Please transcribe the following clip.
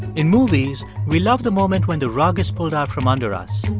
in movies, we love the moment when the rug is pulled out from under us,